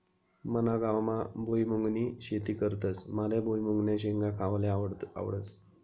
मना गावमा भुईमुंगनी शेती करतस माले भुईमुंगन्या शेंगा खावाले आवडस